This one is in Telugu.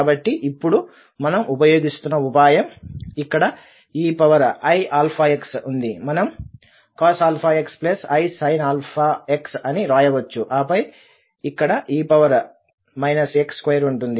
కాబట్టి ఇప్పుడు మనం ఉపయోగిస్తున్న ఉపాయం ఇక్కడ eiαx ఉందిమనం cos⁡αx isin⁡αxఅని వ్రాయవచ్చు ఆపై ఇక్కడ e ax2 ఉంటుంది